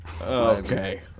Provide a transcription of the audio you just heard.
Okay